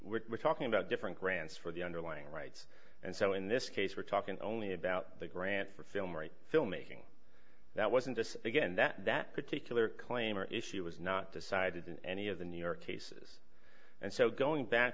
we were talking about different grants for the underlying rights and so in this case we're talking only about the grant for film rights filmmaking that wasn't this again that that particular claim or issue was not decided in any of the new york cases and so going back